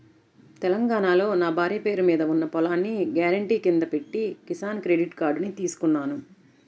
తెలంగాణాలో నా భార్య పేరు మీద ఉన్న పొలాన్ని గ్యారెంటీ కింద పెట్టి కిసాన్ క్రెడిట్ కార్డుని తీసుకున్నాను